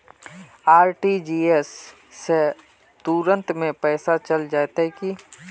RTGS से तुरंत में पैसा चल जयते की?